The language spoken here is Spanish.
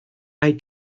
hay